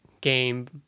game